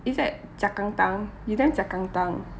is that like jiak kan tang you damn jiak kan tang